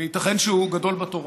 וייתכן שהוא גדול בתורה,